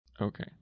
Okay